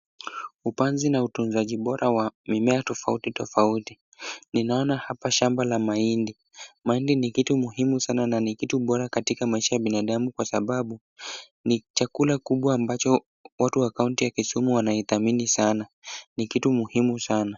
Upanzi na utunzaji bora wa mimea tofauti tofauti, ninaona hapa shamba la mahindi. Mahindi ni kitu muhimu sana na ni kitu bora katika maisha ya binadamu kwa sababu ni chakula kubwa ambacho watu wa kaunti ya kisumu wanaidhamini sana ni kitu muhimu sana.